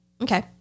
Okay